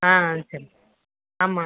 ஆ சரி ஆமாம்